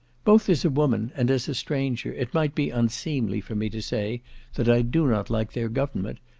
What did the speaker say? both as a woman, and as a stranger, it might be unseemly for me to say that i do not like their government,